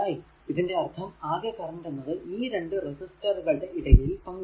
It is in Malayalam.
അതിന്റെ അർഥം അകെ കറന്റ് എന്നത് ഈ രണ്ട് റെസിസ്റ്ററുകളുടെ ഇടയിൽ പങ്കു വെച്ചു